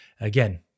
Again